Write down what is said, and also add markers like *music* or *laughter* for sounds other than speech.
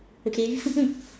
okay *laughs*